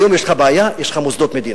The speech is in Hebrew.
היום יש לך בעיה, יש לך מוסדות מדינה.